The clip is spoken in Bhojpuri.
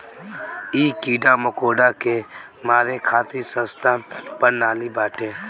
इ कीड़ा मकोड़ा के मारे खातिर सस्ता प्रणाली बाटे